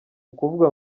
ukuvuga